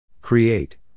Create